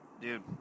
dude